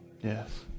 Yes